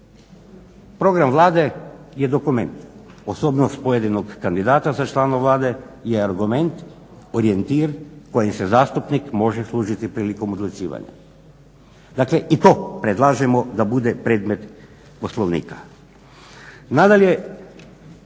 Program Vlade je dokument, osobnost pojedinog kandidata za člana Vlade je argument, orijentir kojim se zastupnik može služiti prilikom odlučivanja. Dakle, i to predlažemo da bude predmet Poslovnika.